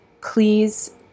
please